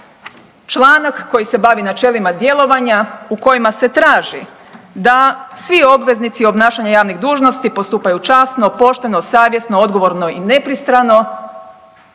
članak koji se bavi načelima djelovanja u kojima se traži da svi obveznici obnašanja javnih dužnosti postupaju časno pošteno, savjesno, odgovorno i nepristrano